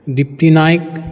Dipti Naik